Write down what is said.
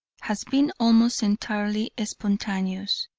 has been almost entirely spontaneous.